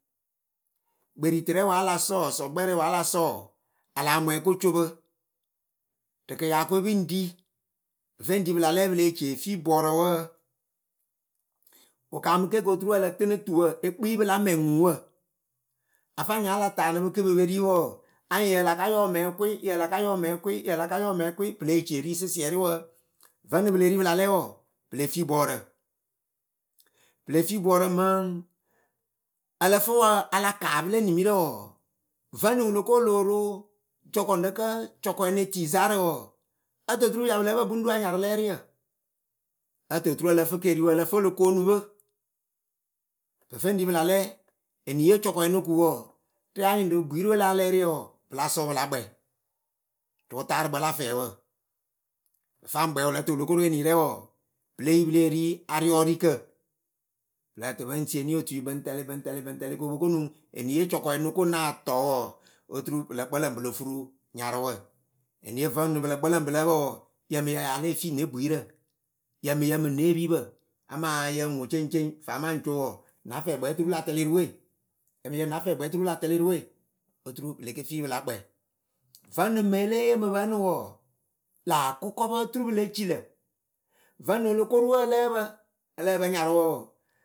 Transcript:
Kperitɨrɛ wa a la sɔ? Sɔŋkpɛrɛ wa a la sɔ? A lah mwɛŋ oko co pɨ rɨ kɨyaakɨwe pɨŋ ri. Pɨ feŋ ri pɨ la lɛ pɨ leh ce fi bɔɔrǝ wǝǝ. Wɨ kaamɨ ke koturu ǝ lǝ tɨnɨ tuwǝ ekpi pɨla mɛŋ ŋuŋwǝ A faŋ nya a la taanɨ pɨ kɨ pɨ pe ri wɔɔ, anyɩ yǝ la ka yɔ mɛŋ kwɩ yǝ la ka yɔ mɛŋ kwɩ yǝ la ka yɔ mɛŋ kwɩ pɨ le ce ri sɩsɩɛrɩ wǝǝ. Vǝnɨŋ pɨ le ri pɨla lɛ wɔɔ, pɨ le fi bɔɔrǝ. pɨ le fi bɔɔrǝ mɨŋ ǝlǝ fɨ wǝ a la kaa pɨle nimirǝ wɔɔ, venɨŋ wɨloko wɨ lóo ro jɔkɔŋɖǝ kǝ cɔkɔyǝ ne tii zaarǝ wɔɔ, ǝtǝ oturu ya pɨ lǝ́ǝ pǝ pɨŋ ɖu anyarɨ lɛɛrɩyǝ. ǝtǝ oturu ǝlǝ fǝ keeriwǝ ǝ lǝ fɨ o lo koonu pɨ. Pɨ feŋ ɖi pɨ la lɛ eniye cɔkɔɛ no ku wɔɔ rɛwǝ anyɩŋ rɨ bwiirɨ we la alɛɛrɨyǝ wɔɔ pɨ la sʊ pɨla kpɛ rɨ wɨtarɨkpǝ la fɛɛwǝ. Pɨ faŋ kpɛ wɨlǝtɨ wɨlo koro eniyǝrɛ wɔɔ, pɨle yi pɨ leh ri ariɔrikǝ. Pɨ lǝ tɨ pɨŋ sieni otui bɨŋ tɛlɩ bɨŋ tɛlɩbɨŋ tɛlɩ ko po ko nuŋ eniye cɔkɔɛ noko nah tɔ wɔɔ oturu pɨlǝ kpǝlǝŋ pɨ lofuru nyarɨwǝ. eniyee vǝnɨŋ pɨlǝ kpǝlǝŋ pɨ lǝ́ǝ pǝ wɔɔ yǝriŋyǝ ya lée fi ne bwiirǝ yǝmɨyǝ mɨ në epiipǝ amaa yǝ ŋwɨ ceŋceŋ faa ma ŋ co wɔɔ nä fɛɛkpɛ oturu la tɛlɩ rɨ we. yǝmɨyǝ nä fɛɛkpkɛ oturu la tɛlɩ rɨ we oturu pɨ le ke fi pɨ la kpɛɛ. Vǝnɨŋ me e lée yee mɨ pɨ ǝnɨ wɔɔ, lä akʊkɔpǝ oturu pɨ le ci lǝ. Vǝnɨŋ o lo ko ru ǝ lǝ́ǝ pǝ ǝ lǝ́ǝ nyarʊwǝ wɔɔ